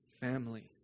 family